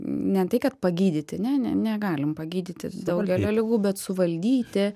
ne tai kad pagydyti ne ne negalim gydyti daugelio ligų bet suvaldyti